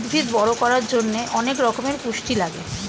উদ্ভিদ বড় করার জন্যে অনেক রকমের পুষ্টি লাগে